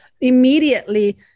Immediately